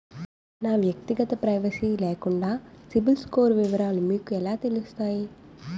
నా వ్యక్తిగత ప్రైవసీ లేకుండా సిబిల్ స్కోర్ వివరాలు మీకు ఎలా తెలుస్తాయి?